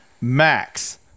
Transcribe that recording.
max